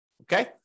okay